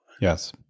Yes